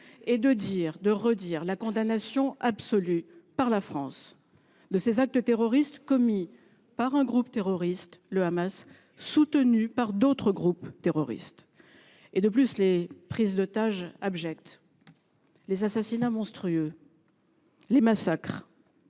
et de répéter la condamnation absolue, par la France, de ces attentats terroristes, commis par un groupe terroriste et soutenus par d’autres groupes terroristes. De plus, les prises d’otages abjectes, les assassinats monstrueux et les massacres